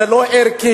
זה לא ערכי.